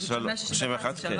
סעיף 145(ח).